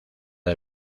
del